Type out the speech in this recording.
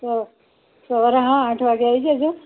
શું તો સવારે હા આઠ વાગે આઈ જજોને